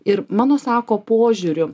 ir mano sako požiūriu